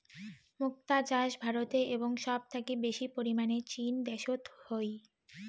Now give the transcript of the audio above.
মুক্তা চাষ ভারতে এবং সব থাকি বেশি পরিমানে চীন দ্যাশোত হই